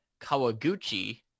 Kawaguchi